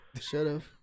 Should've